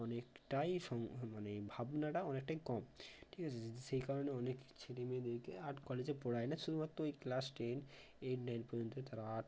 অনেকটাই মানে এই ভাবনাটা অনেকটাই কম ঠিক আছে যদি সেই কারণে অনেকে ছেলে মেয়েদেরকে আর্ট কলেজে পড়ায় না শুধুমাত্র ওই ক্লাস টেন এইট নাইন পর্যন্তই তারা আর্ট